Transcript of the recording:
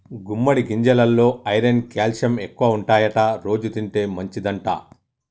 గుమ్మడి గింజెలల్లో iron calcium ఎక్కువుంటాయట రోజు తింటే మంచిదంట